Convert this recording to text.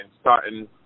starting